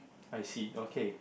I see okay